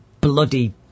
bloody